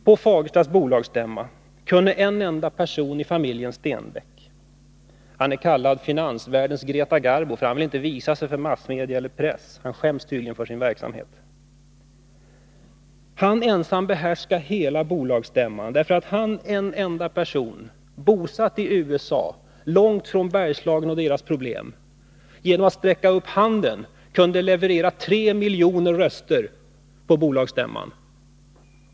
På Fagerstas bolagsstämma kunde en enda person i familjen Stenbeck, kallad finansvärldens Greta Garbo därför att han inte vill visa sig för massmedia — han skäms tydligen för sin verksamhet — ensam behärska hela bolagsstämman. En enda person, bosatt i USA, långt från Bergslagen och dess problem, kunde genom att sträcka upp handen leverera 3 miljoner röster på bolagsstämman.